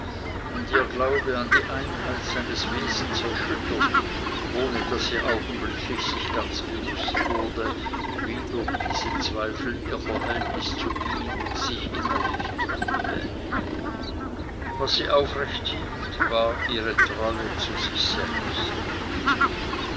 und ihr glaube an die einheit seines wesens erschüttert ohne daß sie augenblicklich sich ganz bewußt wurde wie durch diese zweifel ihr verhältnis zu ihm sich innerlich trübe was sie aufrecht hielt war ihre treue an sich selbst